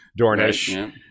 dornish